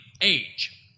age